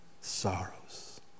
Sorrows